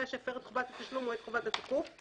שהפר את חובת התשלום או את חובת התיקוף",